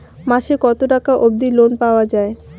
মাসে কত টাকা অবধি লোন পাওয়া য়ায়?